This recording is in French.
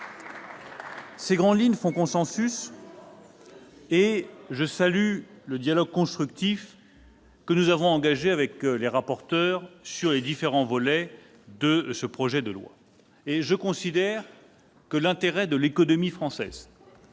ces grandes lignes font consensus et je salue le dialogue constructif que nous avons engagé avec les rapporteurs sur les différents volets de ce projet de loi. Il va dans l'intérêt de l'économie française,